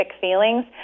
Feelings